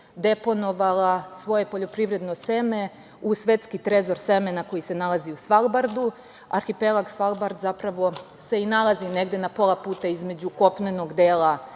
deponovala svoje poljoprivredno seme u svetski trezor semena, koji se nalazi uz Svalbardu. Arhipelag Svalbard zapravo se i nalaz negde na pola puta između kopnenog dela